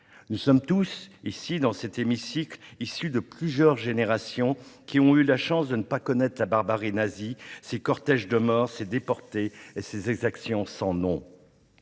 Nous sommes tous ici, dans cet hémicycle, issus de plusieurs générations qui ont eu la chance de ne pas connaître la barbarie nazie, ses cortèges de morts, de déportés et d'exactions sans nom.